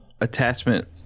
attachment